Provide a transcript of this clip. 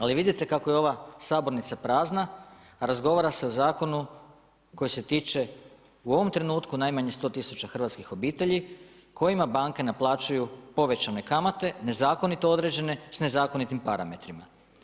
Ali, vidite kako je ova sabornica prazna, a razgovara se o zakonu koji se tiče u ovom trenutku najmanje 100000 hrvatskih obitelji kojima banke naplaćuju povećane kamate, nezakonito određene s nezakonitim parametrima.